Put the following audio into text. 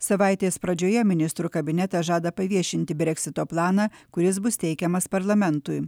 savaitės pradžioje ministrų kabinetas žada paviešinti breksito planą kuris bus teikiamas parlamentui